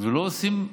ולא עושים,